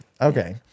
Okay